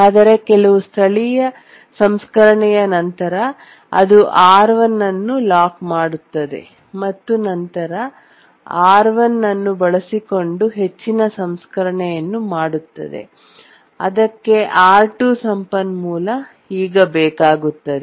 ಆದರೆ ಕೆಲವು ಸ್ಥಳೀಯ ಸಂಸ್ಕರಣೆಯ ನಂತರ ಅದು R1 ಅನ್ನು ಲಾಕ್ ಮಾಡುತ್ತದೆ ಮತ್ತು ನಂತರ R1 ಅನ್ನು ಬಳಸಿಕೊಂಡು ಹೆಚ್ಚಿನ ಸಂಸ್ಕರಣೆಯನ್ನು ಮಾಡುತ್ತದೆ ನಂತರ ಅದಕ್ಕೆ R2 ಸಂಪನ್ಮೂಲ ಬೇಕಾಗುತ್ತದೆ